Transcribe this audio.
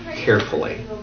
Carefully